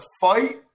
fight